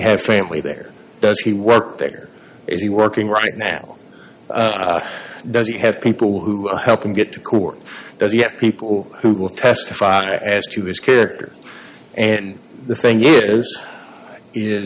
have family there does he work there is he working right now does he have people who help him get to court does he have people who will testify as to his character and the thing